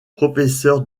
professeur